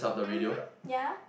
(uh huh) yea